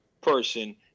person